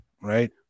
Right